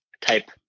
type